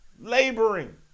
laboring